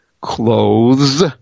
clothes